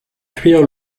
cuire